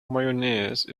mayonnaise